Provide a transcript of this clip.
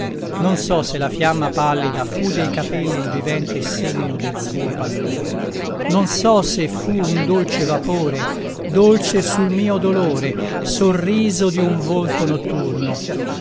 non so se la fiamma pallida fu dei capelli il vivente segno del suo pallore non so se fu un dolce vapore dolce sul mio dolore sorriso di un volto notturno